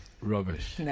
rubbish